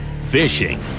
fishing